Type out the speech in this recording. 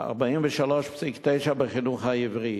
43.9 בחינוך העברי,